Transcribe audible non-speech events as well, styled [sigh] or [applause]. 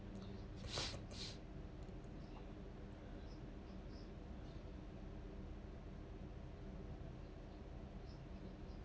[noise]